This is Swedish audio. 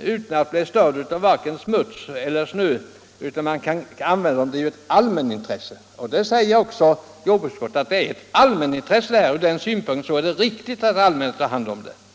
utan att bli störd av smuts eller snö. Det säger också jordbruksutskottet, och utskottet anför att det ur den synpunkten är riktigt att det allmänna tar hand om detta arbete.